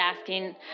asking